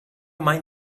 mind